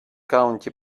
county